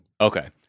Okay